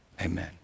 amen